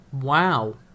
wow